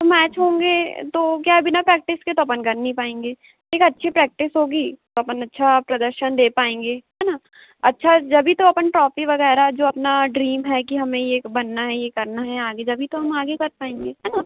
तो मैच होंगे तो क्या है बिना प्रैक्टिस के तो अपन कर नहीं पाएँगे एक अच्छी प्रैक्टिस होगी तो अपन अच्छा प्रदर्शन दे पाएँगे है न अच्छा जभी तो अपन ट्रॉपी वगैरह जो अपना ड्रीम है कि हमें यह बनना है यह करना है आगे जभी तो हम आगे कर पाएँगे है न